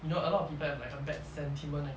you know a lot of people have like a bad sentiment again